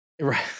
Right